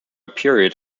period